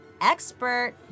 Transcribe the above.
expert